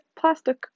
plastic